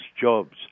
jobs